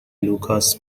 لوکاس